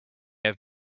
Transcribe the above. have